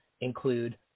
include